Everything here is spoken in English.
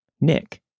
Nick